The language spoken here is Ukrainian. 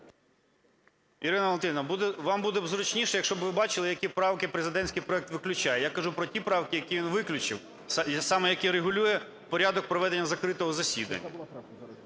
Ірина Валентинівна, вам буде зручніше, якщо б ви бачили, які правки президентський проект виключає. Я кажу про ті правки, які він виключив, саме які регулюють порядок проведення закритого засідання.